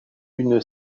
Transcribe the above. une